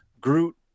Groot